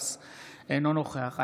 אינו נוכח מנסור עבאס,